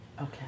Okay